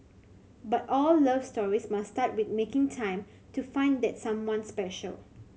but all love stories must start with making time to find that someone special